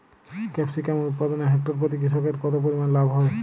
Capsicum উৎপাদনে hectare প্রতি কৃষকের কত পরিমান লাভ হয়?